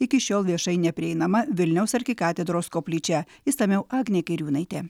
iki šiol viešai neprieinama vilniaus arkikatedros koplyčia išsamiau agnė kairiūnaitė